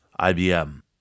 IBM